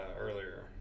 earlier